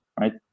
right